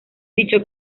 dicho